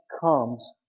comes